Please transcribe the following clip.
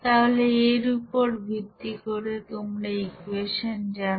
তাহলে এর উপর ভিত্তি করে তোমরা ইকুয়েশন জানো